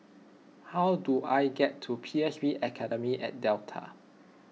how do I get to P S B Academy at Delta